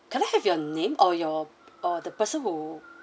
can I have your name or your or the person who